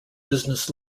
business